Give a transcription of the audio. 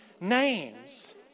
names